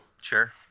Sure